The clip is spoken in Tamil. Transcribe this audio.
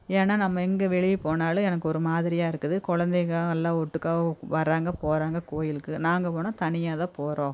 ஏன்னா நம்ம எங்க வெளியே போனாலும் எனக்கு ஒரு மாதிரியாக இருக்குது குழந்தைங்க எல்லாம் ஒட்டுக்கா வராங்க போகறாங்க கோயிலுக்கு நாங்கள் போனா தனியாக தான் போகறோம்